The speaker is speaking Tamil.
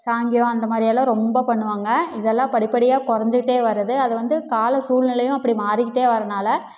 சாங்கியம் அந்த மாதிரி எல்லாம் ரொம்ப பண்ணுவாங்க இதெல்லாம் படிப்படியாக குறைஞ்சிக்கிட்டே வருது அதை வந்து கால சூழ்நிலையும் அப்படி மாறிக்கிட்டே வர்றனால்